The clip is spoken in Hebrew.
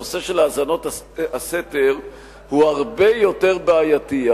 הנושא של האזנות הסתר הוא הרבה יותר בעייתי,